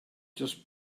just